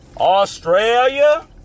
Australia